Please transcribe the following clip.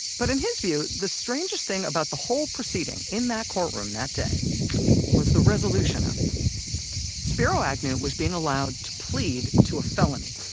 but in his view, the strangest thing about the whole proceeding in that courtroom that day was the resolution of it spiro agnew was being allowed to plead to a felony,